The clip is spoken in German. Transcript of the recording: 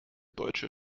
deutsche